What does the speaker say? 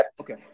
Okay